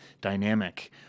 dynamic